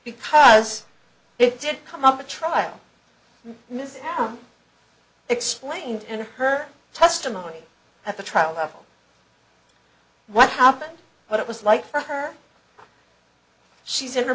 because it did come up the trial is explained in her testimony at the trial level what happened what it was like for her she's in her